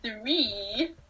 three